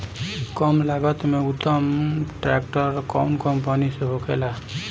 कम लागत में उत्तम ट्रैक्टर कउन कम्पनी के होखेला?